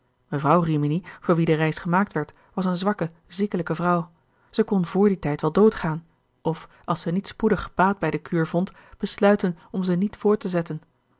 mevrouw rimini voor wie de reis gemaakt werd was eene zwakke ziekelijke vrouw zij kon vr dien tijd wel dood gaan of als zij niet spoedig baat bij den kuur vond besluiten om ze niet voort te zetten